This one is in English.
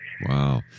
Wow